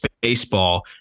baseball